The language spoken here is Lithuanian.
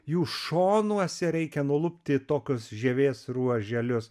jų šonuose reikia nulupti tokius žievės ruoželius